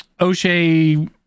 O'Shea